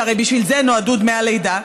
שהרי בשביל זה נועדו דמי הלידה,